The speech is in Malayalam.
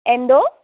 എന്തോ